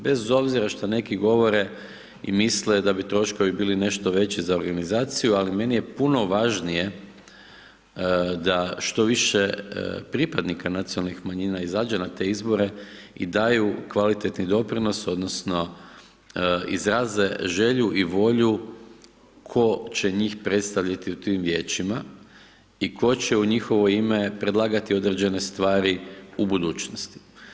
Bez obzira što neki govore i misle da bi troškovi bili nešto veći za organizaciju, ali meni je puno važnije, da što više pripadnika nacionalnih manjina izađe na izbore i daju kvalitetni doprinos, odnosno, izraze želju i volju, tko će njih predstaviti u tim vijećima i tko će u njihovo ime predlagati određene stvari u budućnosti.